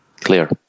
Clear